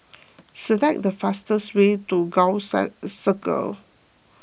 select the fastest way to Gul Circle